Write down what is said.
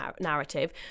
narrative